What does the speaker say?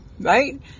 right